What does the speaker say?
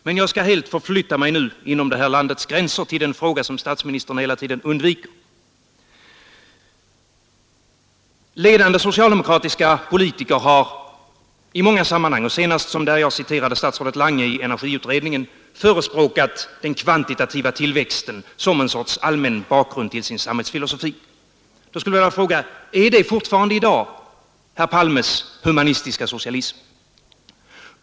Men jag skall förflytta mig inom detta lands gränser till den fråga som statsministern hela tiden undviker. Ledande socialdemokratiska politiker har i många sammanhang — senast citerade jag statsrådet Lange i energiutredningen — förespråkat den kvantitativa tillväxten såsom en allmän bakgrund till sin samhällsfilosofi. Då skulle jag vilja fråga: Är det i dag fortfarande herr Palmes humanistiska socialism?